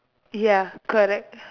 ya correct